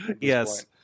Yes